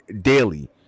daily